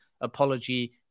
apology